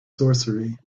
sorcery